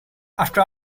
after